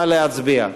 נא להצביע.